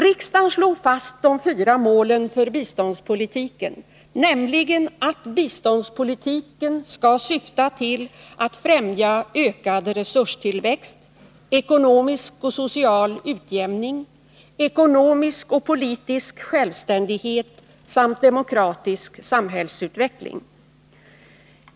Riksdagen slog fast de fyra målen för biståndspolitiken, nämligen att biståndspolitiken skall syfta till att främja ökad resurstillväxt, ekonomisk och social utjämning, ekonomisk och politisk självständighet samt demokratisk samhällsutveckling.